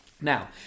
Now